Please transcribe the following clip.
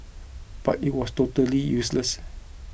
but it was totally useless